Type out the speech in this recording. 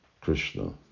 Krishna